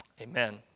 Amen